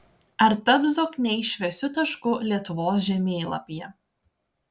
ar taps zokniai šviesiu tašku lietuvos žemėlapyje